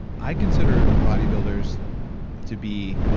i consider bodybuilders to be